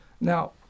Now